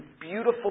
beautiful